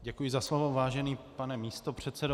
Děkuji za slovo, vážený pane místopředsedo.